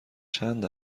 چند